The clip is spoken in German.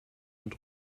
mit